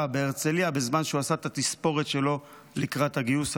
בהרצליה בזמן שהוא עשה את התספורת שלו לקראת הגיוס,